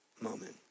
moment